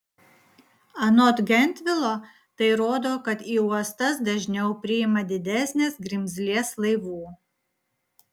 anot gentvilo tai rodo kad į uostas dažniau priima didesnės grimzlės laivų